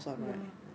ya